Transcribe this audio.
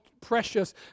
precious